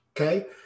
Okay